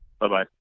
Bye-bye